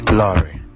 Glory